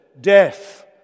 death